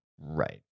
right